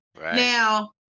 Now